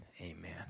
amen